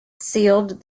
sealed